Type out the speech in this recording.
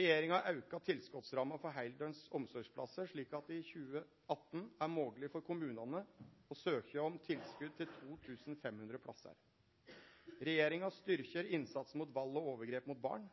Regjeringa har auka tilskotsramma for heildøgns omsorgsplassar, slik at det i 2018 er mogleg for kommunane å søkje om tilskot til 2 500 plassar. Regjeringa styrkjer innsatsen mot vald og overgrep mot barn.